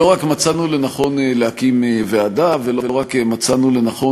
לא רק מצאנו לנכון להקים ועדה ולא רק מצאנו לנכון